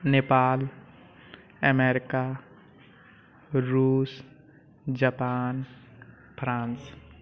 Nepal America रूस Japan France